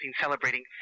celebrating